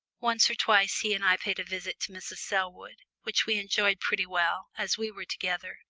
once or twice he and i paid a visit to mrs. selwood, which we enjoyed pretty well, as we were together,